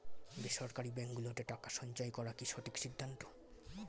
বেসরকারী ব্যাঙ্ক গুলোতে টাকা সঞ্চয় করা কি সঠিক সিদ্ধান্ত?